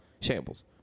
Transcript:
shambles